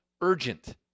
urgent